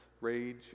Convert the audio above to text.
rage